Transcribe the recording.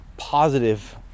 Positive